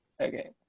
okay